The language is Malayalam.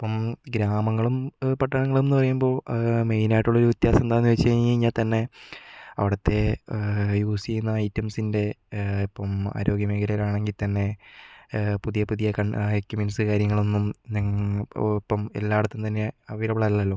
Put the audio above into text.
ഇപ്പം ഗ്രാമങ്ങളും പട്ടണങ്ങളുമെന്നു പറയുമ്പോൾ മെയിനായിട്ടുള്ളൊരു വ്യത്യാസം എന്താന്നുവെച്ച് കഴിഞ്ഞു കഴിഞ്ഞാൽ തന്നെ അവിടത്തെ യൂസ് ചെയ്യുന്ന ഐറ്റംസിൻ്റെ ഇപ്പം ആരോഗ്യ മേഖലയിലാണെങ്കിൽ തന്നെ പുതിയ പുതിയ ഐക്യുമെൻറ്സ് കാര്യങ്ങളൊന്നും ഇപ്പോൾ ഇപ്പം എല്ലായിടത്തും തന്നെ അവൈലബിൾ അല്ലലോ